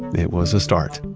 it was a start